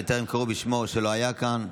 וטרם קראו בשמו או שלא היה כאן?